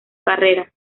carrera